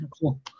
cool